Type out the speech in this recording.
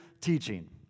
teaching